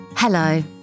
Hello